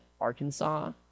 arkansas